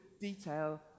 detail